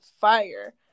fire